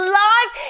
life